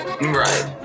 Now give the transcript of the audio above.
right